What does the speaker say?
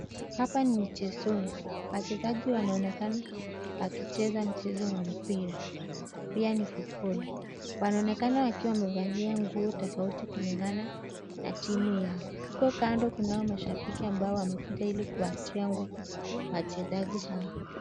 Hapa ni mchezoni. Wachezaji wanaonekana wakicheza mchezo wa mpira yani futiboli. Wanaonekana wakiwa wamevalia nguo tofauti kulingana na timu yao. Kando kuna mashabiki ambao wamekuja kuwatia nguvu wachezaji hawa.